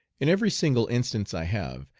in every single instance i have,